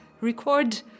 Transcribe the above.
record